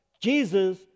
Jesus